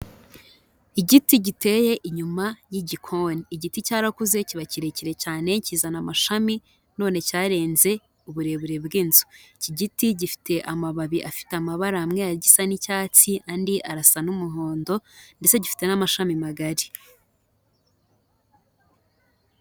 Igiti giteye inyuma y'igikoni, igiti cyarakuze kiba kirekire cyane kizana amashami none cyarenze uburebure bw'inzu. Iki giti gifite amababi afite amabara amwe agisa n'icyatsi andi arasa n'umuhondo ndetse gifite n'amashami magari.